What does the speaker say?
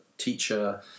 Teacher